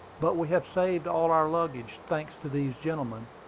but we have saved all our luggage, thanks to these gentlemen!